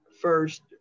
first